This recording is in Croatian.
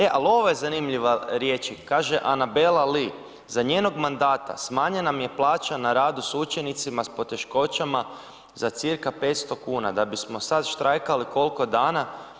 E, ali ovo je zanimljiva riječi, kaže Anabela Li, za njenog mandata smanjena mi je plaća na radu s učenicima s poteškoćama za cca 500 kn, da bismo sad štrajkali, koliko dana?